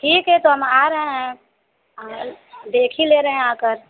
ठीक है तो हम आ रहे हैं देख ही ले रहे हैं आकर